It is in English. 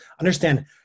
understand